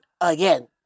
again